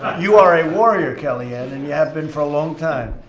you are a warrior, kellyanne, and you have been for a long time.